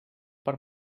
per